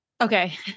okay